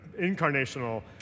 incarnational